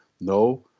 No